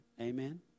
Amen